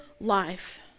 life